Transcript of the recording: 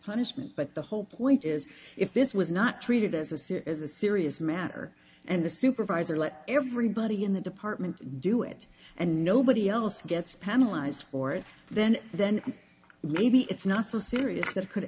punishment but the whole point is if this was not treated as the city is a serious matter and the supervisor let everybody in the department do it and nobody else gets panelized for it then then maybe it's not so serious that could